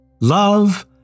Love